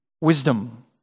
wisdom